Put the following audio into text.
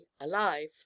alive